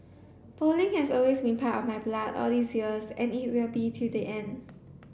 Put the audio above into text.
bowling has always been part of my blood all these years and it will be till the end